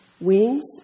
wings